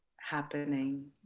happening